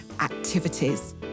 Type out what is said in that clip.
activities